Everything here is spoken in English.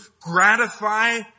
gratify